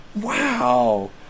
Wow